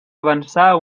avançar